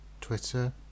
Twitter